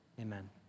Amen